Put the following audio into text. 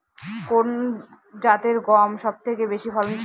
কোন জাতের গম সবথেকে বেশি ফলনশীল?